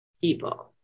people